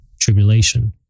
tribulation